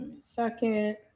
Second